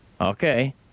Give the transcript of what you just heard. Okay